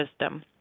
wisdom